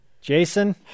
Jason